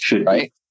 right